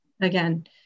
again